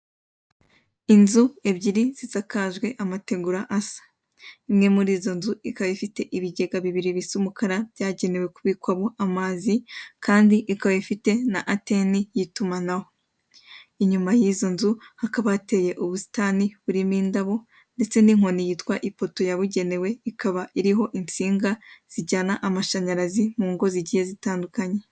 Inzu ebyiri zisakaje amategura asa. Imwe muri izo nzu ikaba ifite ibigega bibiri by'umukara byagenewe kubika amazi kandi ikaba ifite na anteni y'itumanaho. Inyuma y'izo nzu hateye ubusitani ndetse hari n'ipoto rijyana amashanyarazi mu ngo zitandukanye.